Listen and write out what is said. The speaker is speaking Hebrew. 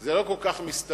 זה לא כל כך מסתדר.